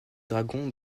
dragons